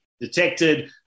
detected